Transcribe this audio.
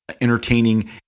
entertaining